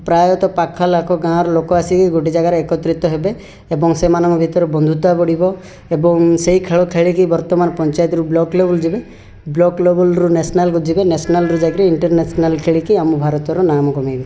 ପ୍ରାୟତ ପାଖଲାଖ ଗାଁର ଲୋକ ଆସି ଗୋଟେ ଜାଗାରେ ଏକତ୍ରିତ ହେବେ ଏବଂ ସେମାନଙ୍କ ଭିତରେ ବନ୍ଧୁତା ବଢ଼ିବ ଏବଂ ସେଇ ଖେଳ ଖେଳିକି ବର୍ତ୍ତମାନ ପଞ୍ଚାୟତରୁ ବ୍ଲକ୍ ଲେବୁଲ୍ ଯିବେ ବ୍ଲକ୍ ଲେବୁଲ୍ରୁ ନେସନାଲ୍କୁ ଯିବେ ନେସନାଲ୍ରୁ ଯାଇକି ଇଣ୍ଟରନେସନାଲ୍ ଖେଳିକି ଆମ ଭାରତର ନାମ କମେଇବେ